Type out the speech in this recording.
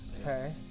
Okay